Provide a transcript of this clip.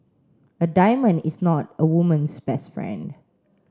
a diamond is not a woman's best friend